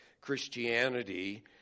Christianity